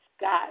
God